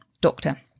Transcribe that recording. doctor